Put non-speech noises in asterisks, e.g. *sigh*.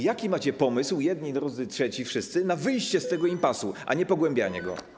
Jaki macie pomysł, jedni, drudzy, trzeci - wszyscy na wyjście *noise* z tego impasu, a nie na pogłębianie go?